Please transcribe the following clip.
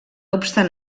obstant